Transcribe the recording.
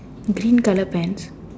green colour pants